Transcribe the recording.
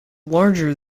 larger